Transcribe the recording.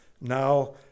now